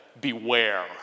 beware